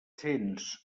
cents